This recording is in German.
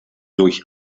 durch